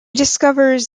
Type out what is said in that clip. discovers